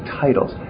titles